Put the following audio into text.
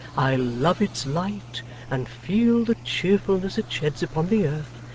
i love its light and feel the cheerfulness it sheds upon the earth,